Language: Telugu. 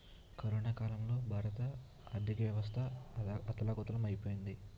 కరోనా కాలంలో భారత ఆర్థికవ్యవస్థ అథాలకుతలం ఐపోయింది